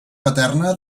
paterna